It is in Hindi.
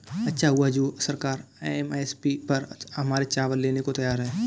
अच्छा हुआ जो सरकार एम.एस.पी पर हमारे चावल लेने को तैयार है